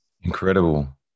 Incredible